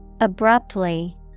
Abruptly